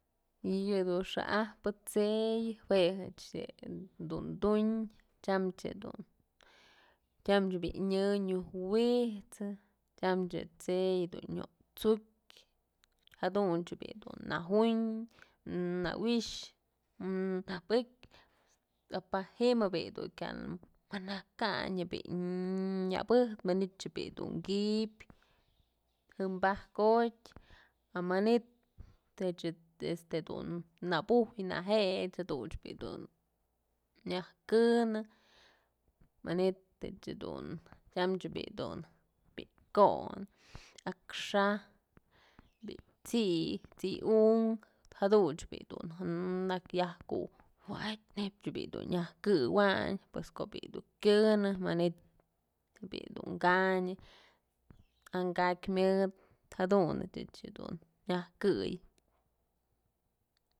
Yëdun xa'ajpë t'sey jue jechecdun tuñ tyam jedun, tyamch bi'i nyë nyojwi'isë tyam je'e t'sey dun nyot'sukyë jadun jedun najuñ nawi'ix nabëkyë a pa ji'im bi'i dun kya manakayn bi'i nya bëjtë manytëch bi'i dun ki'ibyë jëm bakotyë a manytëch este dun nbuj najech jaduch bi'i dun nyajkënë manytëch jedun tyamch bi'i dun bi'i ko'on, akxaj, bi'i t'si, t'si unkë jaduch bi'i dun jak yak neybch bi'i du'u nyaj këwayn pues ko'o bi'i dun kyënë manytë bi'i dun kanyë an ka'akyë myëdë jadun ëch dun nyaj këy.